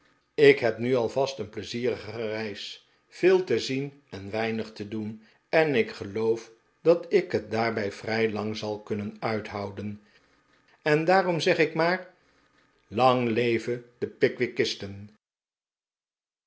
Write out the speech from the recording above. ik heb nu al vast een pleizierige reis veel te zien en weinig te doen en ik geloof dat ik het daarbij vrij lang zal kurmen uithouden en daarom zeg ik maar lang leve de